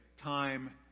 time